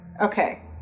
Okay